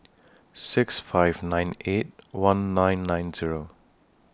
six five nine eight one nine nine Zero